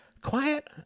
Quiet